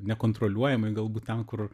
nekontroliuojamai galbūt ten kur